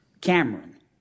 Cameron